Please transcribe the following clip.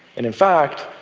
and in fact,